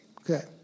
Okay